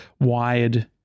wired